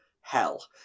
hell